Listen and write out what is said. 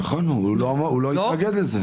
גלעד, נכון, אבל הוא לא התנגד לזה.